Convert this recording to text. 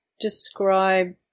describe